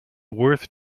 worth